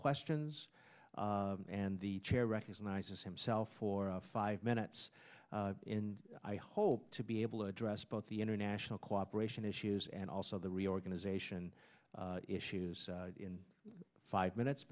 questions and the chair recognizes himself for five minutes in i hope to be able to address both the international cooperation issues and also the reorganization issues in five minutes